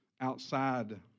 outside